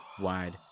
wide